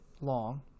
long